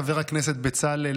חבר הכנסת בצלאל,